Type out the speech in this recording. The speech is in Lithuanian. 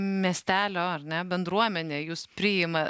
miestelio ar ne bendruomenė jus priima